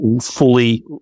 fully